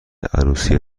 عروسی